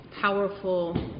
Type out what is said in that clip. powerful